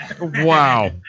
wow